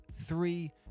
three